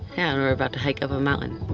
and we're about to hike up a mountain.